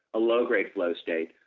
a low grade flow state,